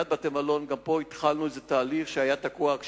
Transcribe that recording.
גם פה התחלנו תהליך שהיה תקוע,